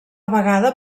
vegada